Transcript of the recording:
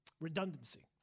redundancy